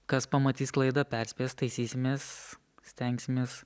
kas pamatys klaidą perspės taisysimės stengsimės